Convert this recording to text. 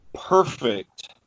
perfect